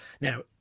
Now